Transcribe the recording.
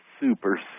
super